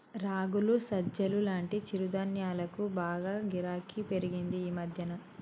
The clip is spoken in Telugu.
రాగులు, సజ్జలు లాంటి చిరుధాన్యాలకు బాగా గిరాకీ పెరిగింది ఈ మధ్యన